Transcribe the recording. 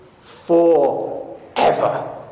forever